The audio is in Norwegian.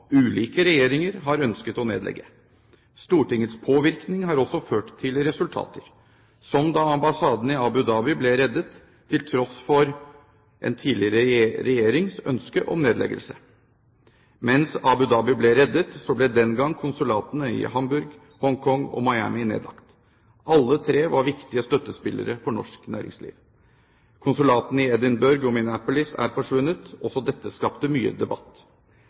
da ambassaden i Abu Dhabi ble reddet til tross for en tidligere regjerings ønske om nedleggelse. Mens Abu Dhabi ble reddet, ble den gang konsulatene i Hamburg, Hongkong og Miami nedlagt. Alle tre var viktige støttespillere for norsk næringsliv. Konsulatene i Edinburgh og Minneapolis er forsvunnet. Også dette skapte mye debatt.